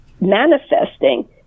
manifesting